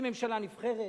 אם ממשלה נבחרת,